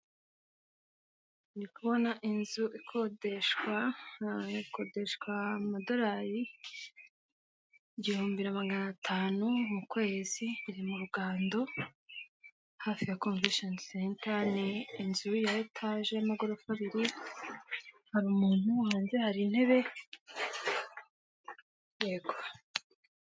Ndi kubona inzu ikodeshwa, ikakodeshwa amadolari igihumbi magana atanu mu kwezi, iri mu Rugando hafi ya konvesheni senta, ni inzu ya etaje y'amagorofa abiri, hari umuntu hanze hari intebe, yego.